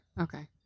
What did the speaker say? okay